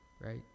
Right